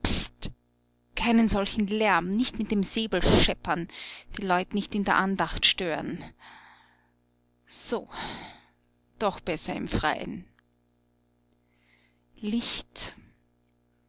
keinen solchen lärm nicht mit dem säbel scheppern die leut nicht in der andacht stören so doch besser im freien licht